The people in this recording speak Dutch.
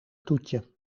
toetje